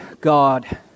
God